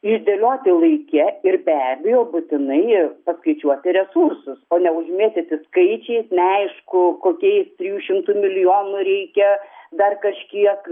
išdėlioti laike ir be abejo būtinai paskaičiuoti resursus o ne užmėtyti skaičiais neaišku kokiais trijų šimtų milijonų reikia dar kažkiek